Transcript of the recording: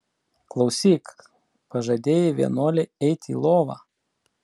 klausyk pažadėjai vienuolei eiti į lovą